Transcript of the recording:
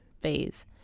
phase